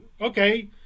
Okay